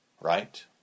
right